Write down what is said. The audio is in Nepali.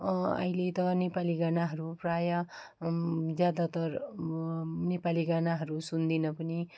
अहिले त नेपाली गानाहरू प्राय ज्यादातर नेपाली गानाहरू सुन्दिनँ पनि